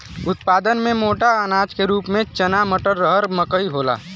उत्पादन में मोटा अनाज के रूप में चना मटर, रहर मकई होला